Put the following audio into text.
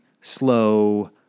slow